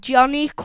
Johnny